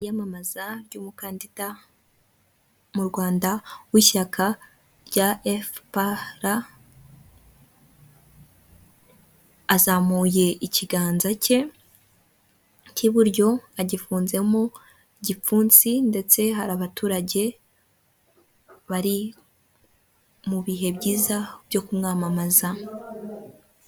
Iyamamaza ry'umukandida mu Rwanda w'ishyaka rya FPR, azamuye ikiganza cye cy'iburyo agifunzemo gipfunsi ndetse hari abaturage bari mu bihe byiza byo kumwamamaza.